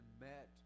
met